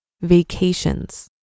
vacations